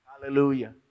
Hallelujah